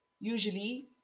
usually